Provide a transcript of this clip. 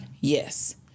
yes